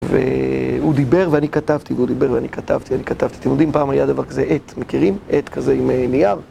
והוא דיבר, ואני כתבתי, והוא דיבר, ואני כתבתי, אני כתבתי. אתם יודעים, פעם היה דבר כזה, עט, מכירים? עת כזה עם נייר.